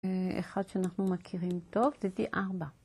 אחד שאנחנו מכירים טוב זה d4.